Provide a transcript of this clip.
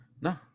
No